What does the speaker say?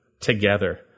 together